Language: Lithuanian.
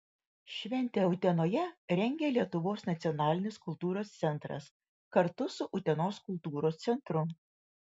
šventę utenoje rengia lietuvos nacionalinis kultūros centras kartu su utenos kultūros centru